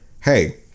Hey